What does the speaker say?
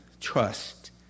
trust